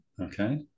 okay